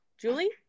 Julie